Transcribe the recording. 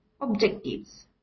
objectives